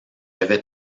avait